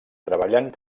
treballant